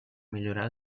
millorar